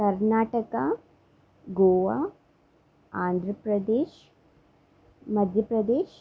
Karnataka Goa Andhra Pradesh Madhya Pradesh